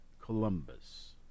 Columbus